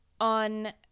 on